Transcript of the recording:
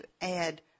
add